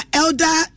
elder